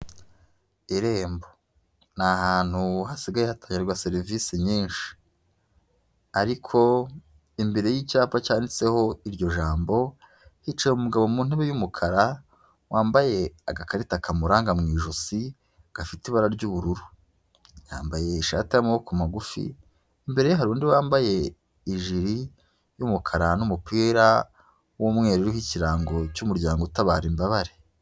Irembo ni ahantu hasigaye hatangirwa serivise nyinshi ariko imbere y'icyapa cyanditseho iryo jambo, hicaye umugabo mu ntebe y'umukara wambaye agakarita kamuranga mu ijosi gafite ibara ry'ubururu. Yambaye ishati y'amaboko magufi, imbere ye hari undi wambaye ijiri y'umukara n'umupira w'umweru uriho ikirango cy'umuryango utabara imbabare.